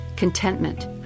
contentment